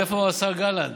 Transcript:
איפה השר גלנט?